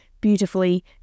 beautifully